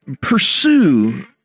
pursue